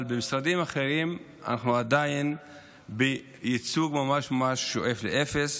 אבל במשרדים אחרים אנחנו עדיין בייצוג שממש ממש שואף לאפס,